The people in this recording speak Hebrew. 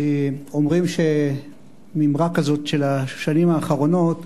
אומרים מימרה כזאת, של השנים האחרונות,